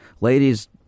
ladies